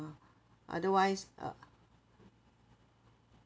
otherwise uh